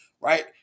right